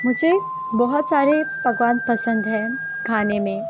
مجھے بہت سارے پکوان پسند ہیں کھاںے میں